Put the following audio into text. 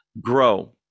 grow